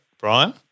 Brian